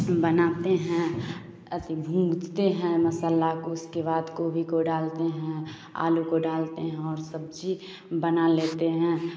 बनाते हैं अथी भुजते हैं मसाले को उसके बाद गोभी को डालते हैं आलू को डालते हैं और सब्ज़ी बना लेते हैं